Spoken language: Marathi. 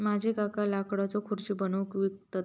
माझे काका लाकडाच्यो खुर्ची बनवून विकतत